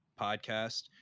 podcast